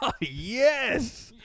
yes